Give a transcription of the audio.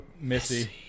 missy